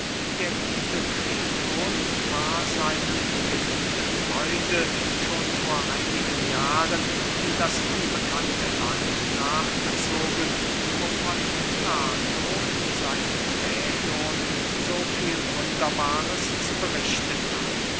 der gute kriton war seinem geliebten freunde schon vor einigen jahren in das unbekannte land nachgezogen wovon plato in seinem fädon so viel wunderbares zu berichten hat